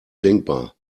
denkbar